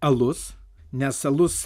alus nes alus